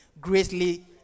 greatly